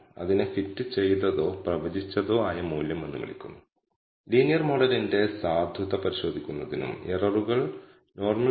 അതിനാൽ നമ്മൾ പ്രസ്താവിക്കാൻ പോകുന്നത് അജ്ഞാത β1 ഈ ഇന്റർവെല്ലിൽ തൊണ്ണൂറ്റി അഞ്ച് ശതമാനം ആത്മവിശ്വാസത്തോടെയാണ് നമ്മൾ പറയുന്നത്